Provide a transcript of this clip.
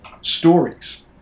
stories